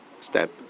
step